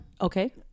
Okay